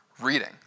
reading